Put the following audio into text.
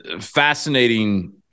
fascinating